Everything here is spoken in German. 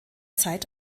zeit